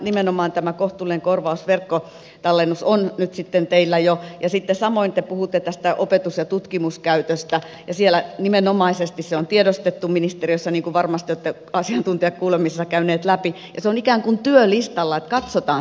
nimenomaan tämä kohtuullinen korvaus verkkotallennus on nyt sitten teillä jo ja sitten samoin te puhutte tästä opetus ja tutkimuskäytöstä ja se on nimenomaisesti tiedostettu ministeriössä niin kuin varmasti olette asiantuntijakuulemisissa käyneet läpi ja se on ikään kuin työlistalla että katsotaan se kokonaisuus